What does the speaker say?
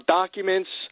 documents